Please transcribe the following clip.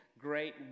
great